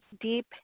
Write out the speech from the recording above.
deep